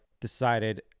decided